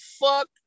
fuck